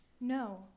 No